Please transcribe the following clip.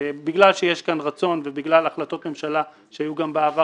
בגלל שיש כאן רצון ובגלל החלטות ממשלה שהיו גם בעבר,